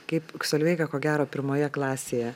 kaip solveiga ko gero pirmoje klasėje